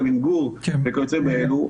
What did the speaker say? גם עם גור וכיוצא באלו.